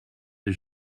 ces